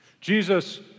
Jesus